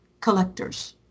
collectors